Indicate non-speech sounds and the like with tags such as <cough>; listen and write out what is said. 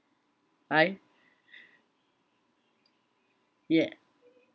I <breath> yeah